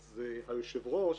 אז היושב-ראש